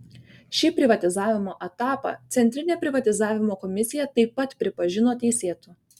šį privatizavimo etapą centrinė privatizavimo komisija taip pat pripažino teisėtu